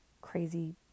crazy